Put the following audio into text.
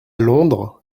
londres